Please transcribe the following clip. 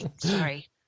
Sorry